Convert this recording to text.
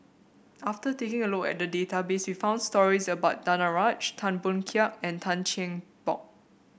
after taking a look at the database we found stories about Danaraj Tan Boon Teik and Tan Cheng Bock